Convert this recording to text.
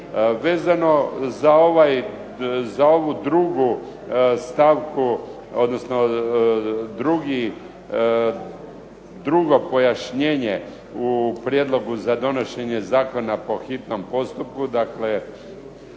Vezano za ovu drugu stavku odnosno drugo pojašnjenje u prijedlogu za donošenje zakona po hitnom postupku, dakle